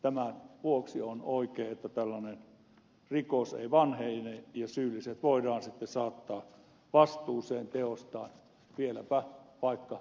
tämän vuoksi on oikein että tällainen rikos ei vanhene ja syylliset voidaan sitten saattaa vastuuseen teoistaan vieläpä vaikka vuosikymmenten kuluttua